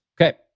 Okay